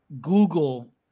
Google